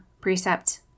precept